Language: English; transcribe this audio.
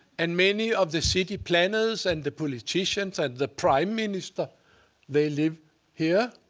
and many of the city planners and the politicians and the prime minister they live here.